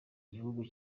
gihugu